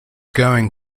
going